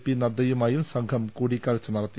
P Nadda യുമായും സംഘം കൂടിക്കാഴ്ച നടത്തി